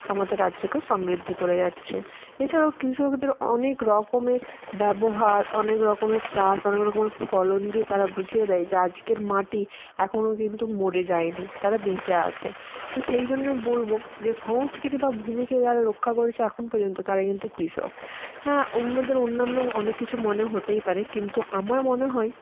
আমাদের রাজ্যকে সমৃদ্ধি করে যাচ্ছে এছাড়াও কৃষকদের অনেক রকমের ব্যবহার অনেক রকমের চাষ অনেক রকমের ফলন দিয়ে তারা বুঝিয়ে দেয় যে আজকের মাটি এখনও কিন্তু মরে যায় নি তারা বেঁচে আছে তো সেই জন্যই বলবো যে সংস্কৃতি বা ভূমিকে যারা রক্ষা করেছে এখন পর্যন্ত তারা কিন্তু কৃষক হ্যাঁ অন্যদের অন্যান্য অনেক কিছু মনে হতেই পারে কিন্তু আমার মনে হয়